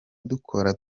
dukora